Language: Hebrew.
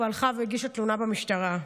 והלכה והגישה תלונה במשטרה.